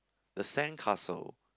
the sandcastle